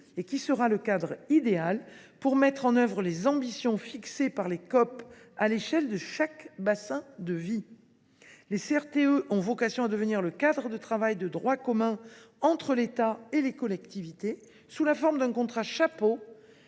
; ils sont le cadre idéal pour mettre en œuvre les ambitions fixées par les COP à l’échelle de chaque bassin de vie. Les CRTE ont vocation à devenir le cadre de travail de droit commun entre l’État et les collectivités, sous la forme d’un contrat chapeau